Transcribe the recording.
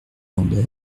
lambert